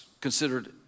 considered